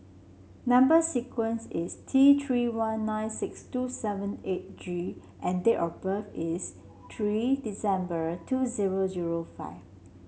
number sequence is T Three one nine six two seven eight G and date of birth is three December two zero zero five